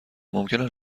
ممکنه